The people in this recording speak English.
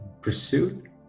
pursuit